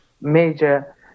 major